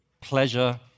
pleasure